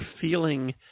feeling